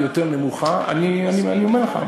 אי-אפשר לעשות